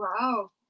Wow